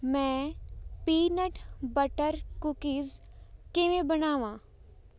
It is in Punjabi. ਮੈਂ ਪੀਨਟ ਬਟਰ ਕੂਕੀਜ਼ ਕਿਵੇਂ ਬਣਾਵਾਂ